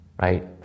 right